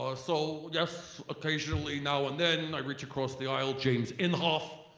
ah so yes occassionally now and then i reach across the aisle. james inhofe,